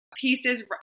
pieces